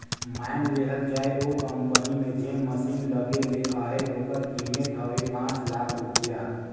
माएन लेहल जाए ओ कंपनी में जेन मसीन लगे ले अहे ओकर कीमेत हवे पाच लाख रूपिया